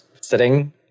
sitting